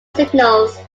signals